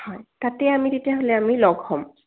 হয় তাতে আমি তেতিয়াহ'লে আমি লগ হ'ম